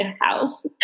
House